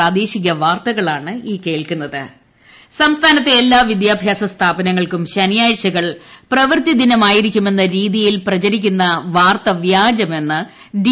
school കലോൽസവ്യ സംസ്ഥാനത്തെ എല്ലാ വിദ്യാഭ്യാസ സ്ഥാപനങ്ങൾക്കും ശനിയാഴ്ചകൾ പ്രപ്പൃത്തിദിനമായിരിക്കുമെന്ന രീതിയിൽ പ്രചരിക്കുന്ന വാർത്ത വ്യാജമെന്ന് ഡി